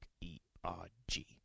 E-R-G